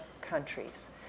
countries